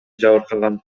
жабыркаган